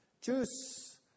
juice